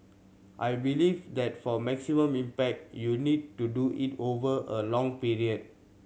I believe that for maximum impact you need to do it over a long period